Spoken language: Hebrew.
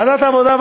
ועדת העבודה,